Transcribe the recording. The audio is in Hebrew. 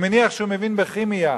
אני מניח שהוא מבין בכימיה.